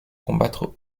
combattre